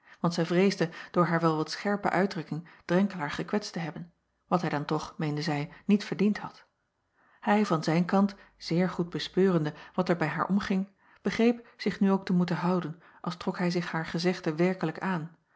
want zij vreesde door haar wel wat scherpe uitdrukking renkelaer gekwetst te hebben wat hij dan toch meende zij niet verdiend had ij van zijn kant zeer goed bespeurende wat er bij haar omging begreep zich nu ook te moeten houden als trok hij zich haar gezegde werkelijk aan